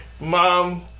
Mom